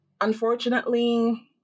unfortunately